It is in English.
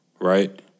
Right